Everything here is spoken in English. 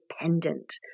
independent